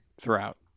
throughout